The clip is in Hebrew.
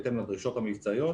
בהתאם לדרישות המבצעיות,